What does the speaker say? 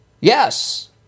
Yes